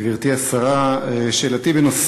גברתי השרה, שאלתי היא: